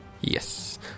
Yes